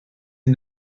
est